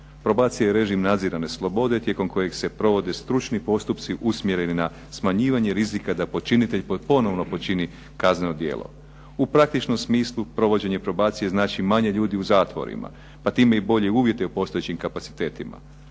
Probacija je režim nadzirane slobode tijekom kojeg se provode stručni postupci usmjereni na smanjivanje rizika da počinitelj koji ponovno počini kazneno djelo. U praktičnom smislu provođenje probacije znači manje ljudi u zatvorima, pa time i bolji uvjeti u postojećim kapacitetima,